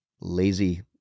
lazy